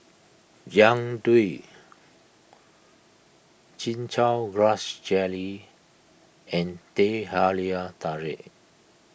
Jian Dui Chin Chow Grass Jelly and Teh Halia Tarik